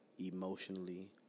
emotionally